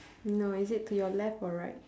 no is it to your left or right